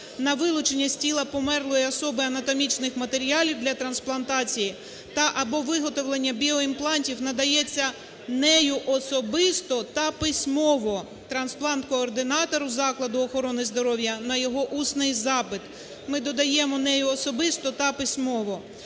на вилучення з тіла померлої особи анатомічних матеріалів для трансплантації та/або виготовленнябіоімплантів надається нею особисто та письмово трансплант-координатору закладу охорони здоров'я на його усний запит". Ми додаємо: "нею особисто та письмово".